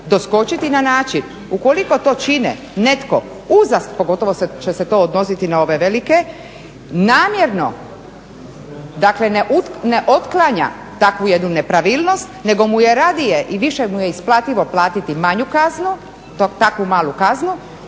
doskočiti na način ukoliko to čini netko, pogotovo će se to odnositi na ove velike namjerno, dakle ne otklanja takvu jednu nepravilnost nego mu je radije i više mu je isplativo platiti manju kaznu, takvu malu kaznu.